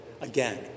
Again